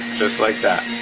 like that.